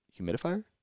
humidifier